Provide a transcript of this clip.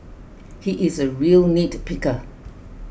he is a real nitpicker